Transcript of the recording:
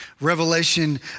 Revelation